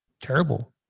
terrible